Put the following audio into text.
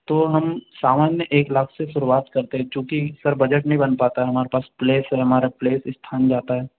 तो हम सामान्य एक लाख से शुरुआत करते क्योंकि सर बजट नहीं वन पाता है हमारे पास प्लेस है हमारा प्लेस स्थान जाता है